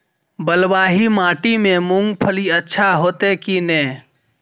बलवाही माटी में मूंगफली अच्छा होते की ने?